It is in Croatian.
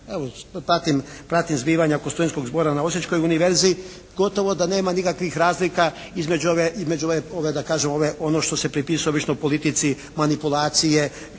Evo pratim zbivanja oko studentskog zbora na osječkoj univerziji, gotovo da nema nikakvih razlika između da kažem ove, ono što se pripisuje obično politici manipulacije,